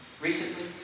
recently